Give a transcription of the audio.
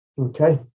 Okay